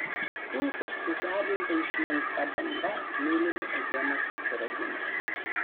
kulkos sužadinta išlenkta banga nulėmė edemos atsiradimą